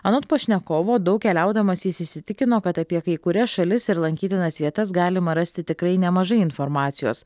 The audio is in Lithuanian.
anot pašnekovo daug keliaudamas jis įsitikino kad apie kai kurias šalis ir lankytinas vietas galima rasti tikrai nemažai informacijos